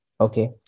okay